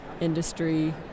industry